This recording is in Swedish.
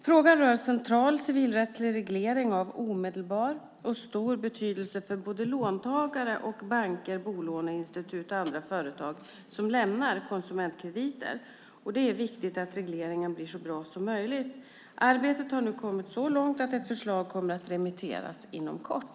Frågan rör central civilrättslig reglering av omedelbar och stor betydelse för såväl låntagare som banker, bolåneinstitut och andra företag som lämnar konsumentkrediter. Det är viktigt att regleringen blir så bra som möjligt. Arbetet har nu kommit så långt att ett förslag kommer att remitteras inom kort.